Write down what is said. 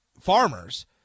farmers